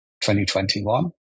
2021